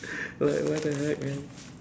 like what the heck man